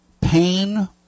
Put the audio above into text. pain